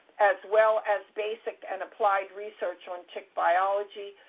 as well as basic and applied research on tick biology,